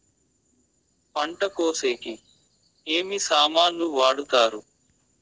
పంట కోసేకి ఏమి సామాన్లు వాడుతారు?